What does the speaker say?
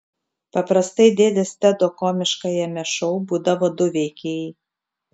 paprastai dėdės tedo komiškajame šou būdavo du veikėjai